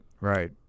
right